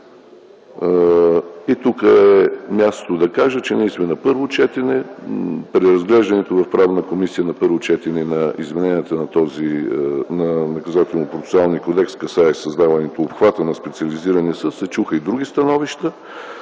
Тук е мястото да кажа, че ние сме на първо четене. При разглеждането в Правна комисия на първо четене на изменението на Наказателно-процесуалния кодекс, касаещ създаването и обхвата на Специализирания съд, се чуха и други становища,